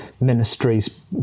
ministries